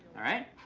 all right?